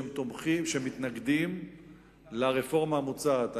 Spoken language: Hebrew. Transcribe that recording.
מכיוון שהם מתנגדים לרפורמה המוצעת.